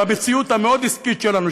במציאות המאוד-עסקית שלנו,